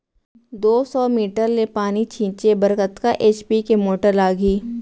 दो सौ मीटर ले पानी छिंचे बर कतका एच.पी के मोटर लागही?